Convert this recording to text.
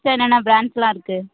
ப்ராண்ட்ஸ்லாம் இருக்குது